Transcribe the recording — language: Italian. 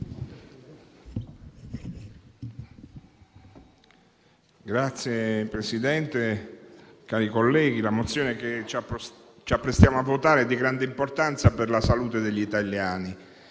Signor Presidente, colleghi, la mozione che ci apprestiamo ad esaminare è di grande importanza per la salute degli italiani,